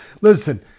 listen